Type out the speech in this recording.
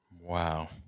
Wow